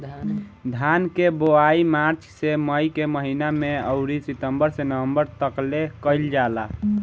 धान के बोआई मार्च से मई के महीना में अउरी सितंबर से नवंबर तकले कईल जाला